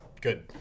good